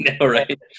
Right